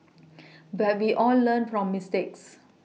but we all learn from mistakes